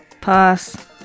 Pass